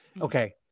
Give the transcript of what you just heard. okay